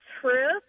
truth